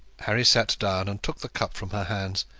harry sat down and took the cup from her hand,